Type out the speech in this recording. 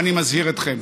אני מזהיר אתכם.